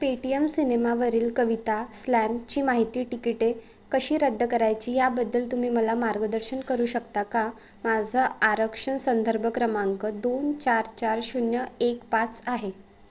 Paytm सिनेमावरील कविता स्लॅमची माहिती टिकिटे कशी रद्द करायची याबद्दल तुम्ही मला मार्गदर्शन करू शकता का माझं आरक्षण संदर्भ क्रमांक दोन चार चार शून्य एक पाच आहे